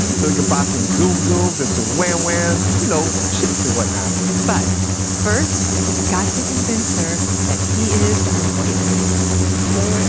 so he can buy some zoom zooms and some wham whams, and you know, chips and what not but first, he's got to convince her that he is her white knight you know,